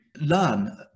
learn